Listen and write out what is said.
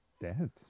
dead